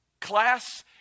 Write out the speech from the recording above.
class